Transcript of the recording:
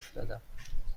افتادم